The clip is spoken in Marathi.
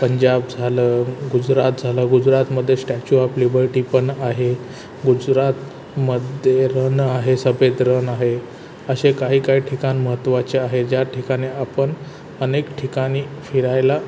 पंजाब झालं गुजरात झालं गुजरातमध्ये स्टॅचू ऑप लिबर्टी पण आहे गुजरातमध्ये रण आहे सफेद रण आहे असे काही काही ठिकाण महत्त्वाचे आहे ज्या ठिकाणी आपण अनेक ठिकाणी फिरायला